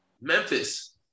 Memphis